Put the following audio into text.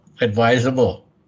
advisable